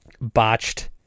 botched